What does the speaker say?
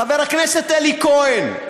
חבר הכנסת אלי כהן.